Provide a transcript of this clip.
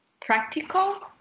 practical